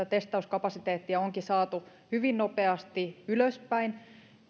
testauskapasiteettia onkin saatu hyvin nopeasti ylöspäin